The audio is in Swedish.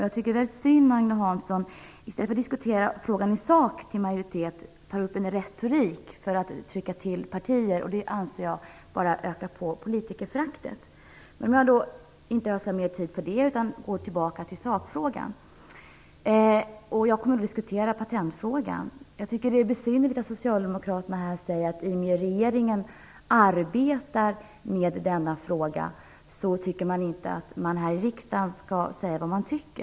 Jag tycker att det är synd att Agne Hansson i stället för att diskutera frågan i sak tar upp en retorik för att trycka till mitt parti. Det anser jag bara ökar på politikerföraktet. Jag tänker inte ödsla mer tid på det utan går tillbaka till sakfrågan. Jag kommer då att diskutera patentfrågan. Jag tycker att det är besynnerligt att socialdemokraterna här säger att riksdagen inte skall säga vad den tycker i den här frågan därför att regeringen arbetar med frågan.